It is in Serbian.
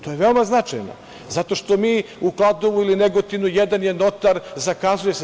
To je veoma značajno zato što mi u Kladovu ili Negotinu, jedan je notar, zakazuje se.